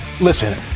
listen